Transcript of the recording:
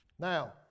Now